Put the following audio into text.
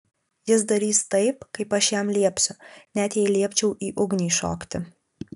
jis darys taip kaip aš jam liepsiu net jei liepčiau į ugnį šokti